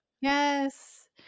yes